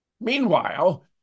Meanwhile